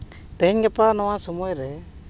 ᱛᱮᱦᱮᱧ ᱜᱟᱯᱟ ᱱᱚᱣᱟ ᱥᱚᱢᱚᱭ ᱨᱮ